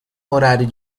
horário